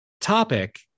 topic